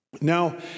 Now